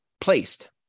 placed